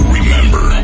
Remember